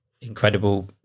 incredible